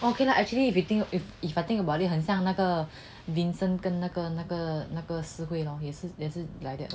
okay lah actually if if you think if I think about it 很像那个 vincent 跟那个那个那个 si jing 也是也是 yeah that's why